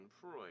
Freud